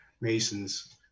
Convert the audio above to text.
masons